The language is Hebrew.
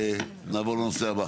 נעבור לנושא הבא.